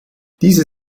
diese